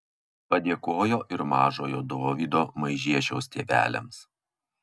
padėkojo ir mažojo dovydo maižiešiaus tėveliams